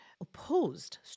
opposed